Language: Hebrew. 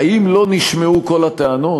האם לא נשמעו כל הטענות?